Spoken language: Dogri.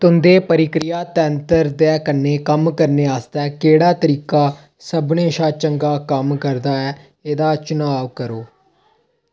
तुं'दे प्रक्रिया तैंतर दे कन्नै कम्म करने आस्तै केह्ड़ा तरीका सभनें शा चंगा कम्म करदा ऐ एह्दा चुनांऽ करो